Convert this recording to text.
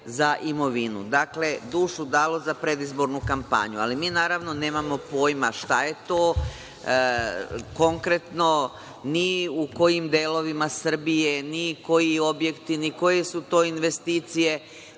za imovinu. Dakle, dušu dalo za predizbornu kampanju, ali mi naravno nemamo pojma šta je to. Konkretno, ni u kojim delovima Srbije, ni koji objekti, ni koje su to investicije,